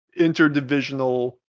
interdivisional